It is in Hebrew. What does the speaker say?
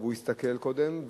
הוא הסתכל קודם,